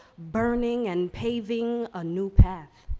burning and paving a new path.